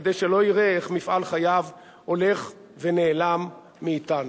כדי שלא יראה איך מפעל חייו הולך ונעלם מאתנו.